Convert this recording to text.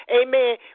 amen